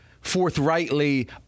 forthrightly